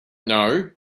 know